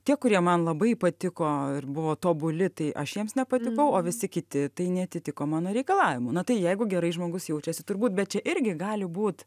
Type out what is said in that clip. tie kurie man labai patiko ir buvo tobuli tai aš jiems nepatikau o visi kiti tai neatitiko mano reikalavimų na tai jeigu gerai žmogus jaučiasi turbūt bet čia irgi gali būt